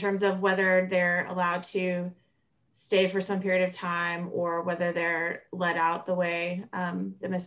terms of whether they're allowed to stay for some period of time or whether they're let out the way in th